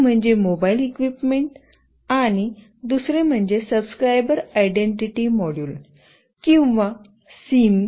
एक म्हणजे mobile equipment आणि दुसरे म्हणजे सबस्क्राइबर आयडेंटिटी मॉड्यूल किंवा सिम